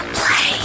play